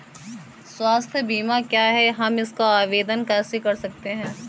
स्वास्थ्य बीमा क्या है हम इसका आवेदन कैसे कर सकते हैं?